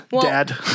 Dad